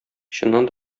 чыннан